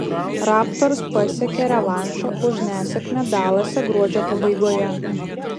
raptors pasiekė revanšą už nesėkmę dalase gruodžio pabaigoje